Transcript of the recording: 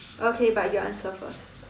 okay but your answer first